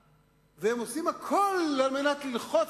והם עושים את הכול על מנת ללחוץ.